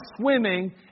swimming